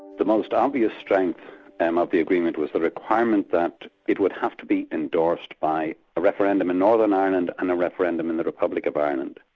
the most um obvious ah strength um of the agreement was the requirement that it would have to be endorsed by a referendum in northern ireland and a referendum in the republic of ireland,